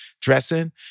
dressing